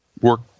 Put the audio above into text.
work